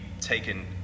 taken